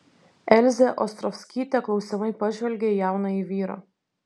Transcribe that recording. elzė ostrovskytė klausiamai pažvelgė į jaunąjį vyrą